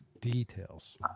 details